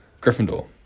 Gryffindor